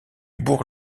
bourg